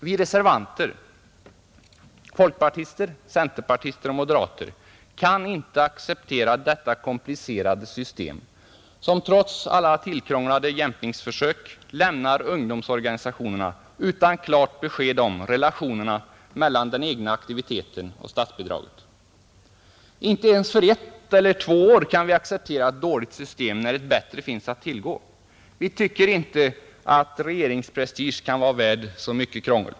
Vi reservanter — folkpartister, centerpartister och moderater — kan inte acceptera detta komplicerade system, som trots alla tillkrånglade jämkningsförsök lämnar ungdomsorganisationerna utan klart besked om relationerna mellan den egna aktiviteten och statsbidraget. Inte ens för ett eller två år kan vi acceptera ett dåligt system, när ett bättre finns att tillgå. Vi tycker inte att regeringsprestige kan vara värd så mycket krångel.